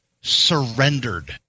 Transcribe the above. surrendered